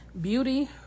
Beauty